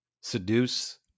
seduce